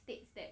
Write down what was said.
states that